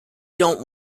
dont